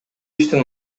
иштин